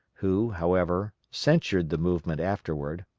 who, however, censured the movement afterward.